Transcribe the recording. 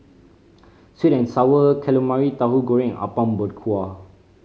sweet and Sour Calamari Tahu Goreng and Apom Berkuah